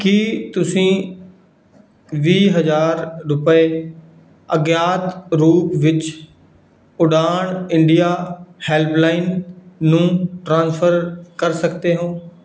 ਕੀ ਤੁਸੀਂਂ ਵੀਹ ਹਜ਼ਾਰ ਰੁਪਏ ਅਗਿਆਤ ਰੂਪ ਵਿੱਚ ਉਡਾਣ ਇੰਡੀਆ ਹੈਲਪਲਾਈਨ ਨੂੰ ਟ੍ਰਾਂਸਫਰ ਕਰ ਸਕਦੇ ਹੋ